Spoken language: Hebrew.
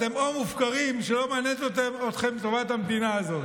או מופקרים שלא מעניינת אתכם טובת המדינה הזו.